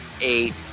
eight